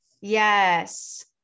yes